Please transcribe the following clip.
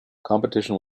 competition